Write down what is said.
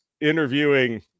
interviewing